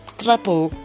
triple